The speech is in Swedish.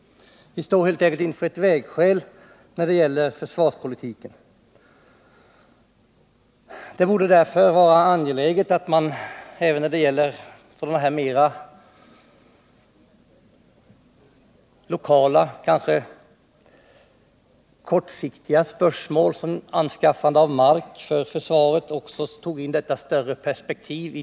Vi står helt enkelt vid ett vägskäl när det gäller försvarspolitiken. Det borde därför vara angeläget att när det gäller sådana här mer lokala och kanske kortsiktiga spörsmål, som anskaffandet av mark innebär, också diskutera frågan i ett större perspektiv.